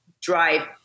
drive